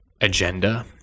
agenda